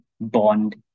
bond